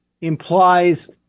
implies